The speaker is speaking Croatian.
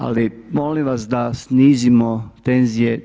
Ali, molim vas da snizimo tenzije.